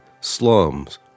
slums